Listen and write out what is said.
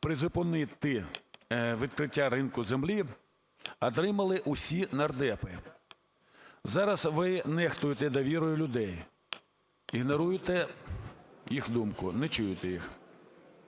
призупинити відкриття ринку землі, отримали усі нардепи. Зараз ви нехтуєте довірою людей, ігноруєте їх думку, не чуєте їх.